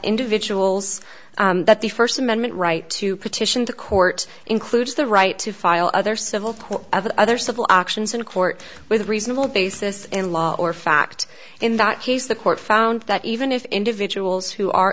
individuals that the first amendment right to petition the court includes the right to file other civil court of other civil actions in a court with a reasonable basis in law or fact in that case the court found that even if individuals who are